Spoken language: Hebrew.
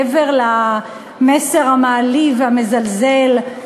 מעבר למסר המעליב והמזלזל,